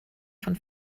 von